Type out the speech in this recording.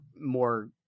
more